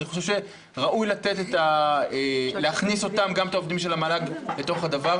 ואני חושב שראוי להכניס גם את העובדים של המל"ג לתוך זה.